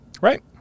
Right